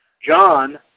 John